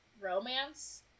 romance